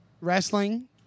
wrestling